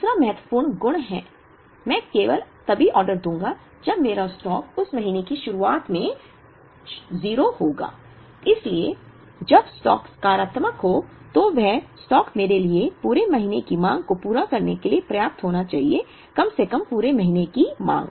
दूसरा महत्वपूर्ण गुण है मैं केवल तभी ऑर्डर दूंगा जब मेरा स्टॉक उस महीने की शुरुआत में 0 होगा इसलिए जब स्टॉक सकारात्मक हो तो वह स्टॉक मेरे लिए पूरे महीने की मांग को पूरा करने के लिए पर्याप्त होना चाहिए कम से कम पूरे महीने की मांग